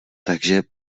takže